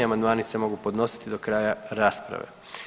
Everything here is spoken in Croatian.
Amandmani se mogu podnositi do kraja rasprave.